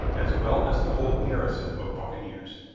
as well as the whole garrison of buccaneers.